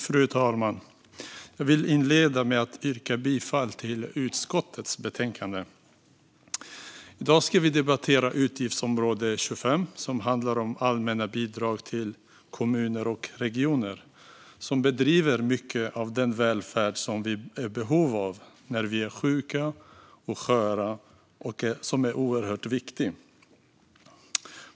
Fru talman! Jag vill inleda med att yrka bifall till förslagen i utskottets betänkande. I dag debatteras utgiftsområde 25 som handlar om allmänna bidrag till kommuner och regioner. De bedriver mycket av den välfärd som vi är i behov av när vi är sjuka och sköra och som är oerhört viktig.